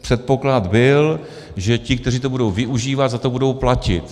Předpoklad byl, že ti, kteří to budou využívat, za to budou platit.